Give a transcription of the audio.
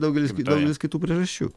daugelis kitų daugelis kitų priežasčių